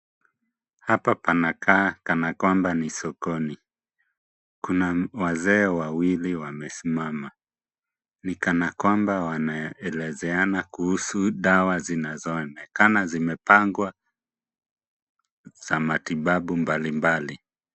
Hapa panakaa kana kwamba ni sokoni. Kuna wazee wawili wamesimama. Ni kana kwamba wanaelezeana kuhusu dawa zinazo onekana zimepangwa za matibabu mbalimbali.